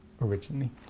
originally